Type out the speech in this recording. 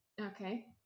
Okay